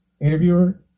interviewer